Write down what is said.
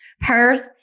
Perth